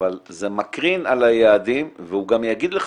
אבל זה מקרין על היעדים והוא גם יגיד לך